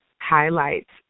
highlights